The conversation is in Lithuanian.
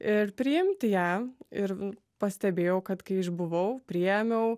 ir priimti ją ir pastebėjau kad kai išbuvau priėmiau